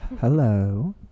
Hello